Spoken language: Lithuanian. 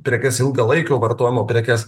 prekes ilgalaikio vartojimo prekes